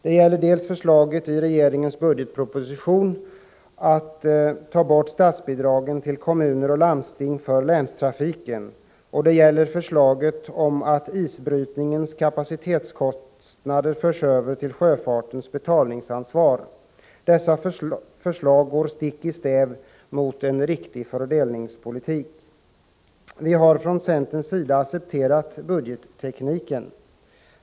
Det gäller dels förslaget i regeringens budgetproposition att ta bort statsbidragen till kommuner och landsting för länstrafiken, dels förslaget om att isbrytningens kapacitetskostnader förs över till sjöfartens betalningsansvar. Dessa förslag går stick i stäv mot en riktig fördelningspolitik. Vi har från centerns sida accepterat budgettekniken.